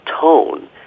tone